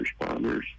responders